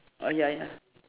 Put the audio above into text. orh ya ya